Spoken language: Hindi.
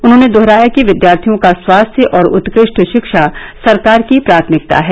उन्होंने दोहराया कि विद्यार्थियों का स्वास्थ्य और उत्कृष्ट शिक्षा सरकार की प्राथमिकता है